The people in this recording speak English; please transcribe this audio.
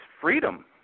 freedom